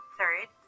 Third